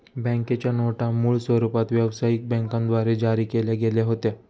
बँकेच्या नोटा मूळ स्वरूपात व्यवसायिक बँकांद्वारे जारी केल्या गेल्या होत्या